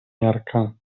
miarka